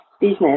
business